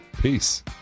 Peace